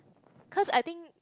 because I think